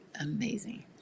amazing